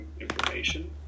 information